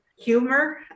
humor